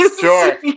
Sure